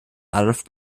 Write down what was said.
adolf